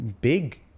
big